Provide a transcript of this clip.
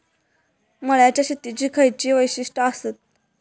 मळ्याच्या शेतीची खयची वैशिष्ठ आसत?